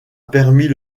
permis